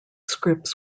scripts